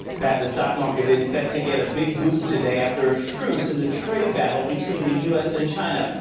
pat, the stock market is set to get a big boost today after a truce in the trade battle between the u s. and china.